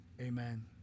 Amen